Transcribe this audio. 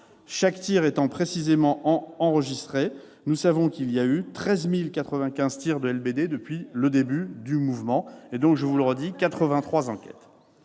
Chaque tir étant précisément enregistré, nous savons qu'il y a eu 13 095 tirs de LBD depuis le début du mouvement. Cependant, comme je vous le disais, cette